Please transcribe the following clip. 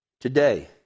Today